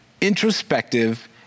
introspective